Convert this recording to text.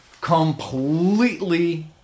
completely